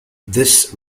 this